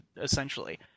essentially